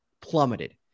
plummeted